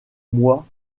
moi